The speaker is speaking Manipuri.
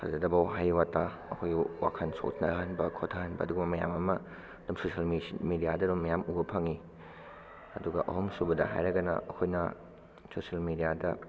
ꯐꯖꯗꯕ ꯋꯥꯍꯩ ꯋꯥꯇ ꯑꯩꯈꯣꯏꯒꯤ ꯋꯥꯈꯜ ꯁꯣꯛꯅꯍꯟꯕ ꯁꯣꯟꯊꯍꯟꯕ ꯑꯗꯨꯒꯨꯝꯕ ꯃꯌꯥꯝ ꯑꯃ ꯑꯗꯨꯝ ꯁꯣꯁꯤꯌꯦꯜ ꯃꯦꯗꯤꯌꯥꯗ ꯑꯗꯨꯝ ꯎꯕ ꯐꯪꯏ ꯑꯗꯨꯒ ꯑꯍꯨꯝ ꯁꯨꯕꯗ ꯍꯥꯏꯔꯒꯅ ꯑꯩꯈꯣꯏꯅ ꯁꯣꯁꯤꯌꯦꯜ ꯃꯦꯗꯤꯌꯥ ꯗ